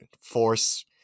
force